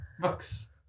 Books